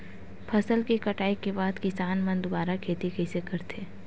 फसल के कटाई के बाद किसान मन दुबारा खेती कइसे करथे?